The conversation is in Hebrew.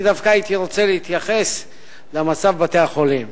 אני דווקא הייתי רוצה להתייחס למצב בבתי-חולים.